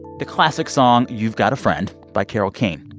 the classic song you've got a friend by carole king.